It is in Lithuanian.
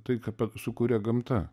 tai ką sukūrė gamta